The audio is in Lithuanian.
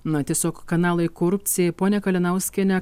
na tiesiog kanalai korupcijai ponia kalinauskiene